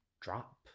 drop